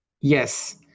Yes